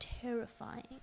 terrifying